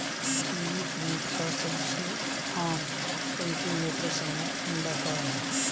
kiwifruit का सबसे आम कल्टीवेटर समूह अंडाकार है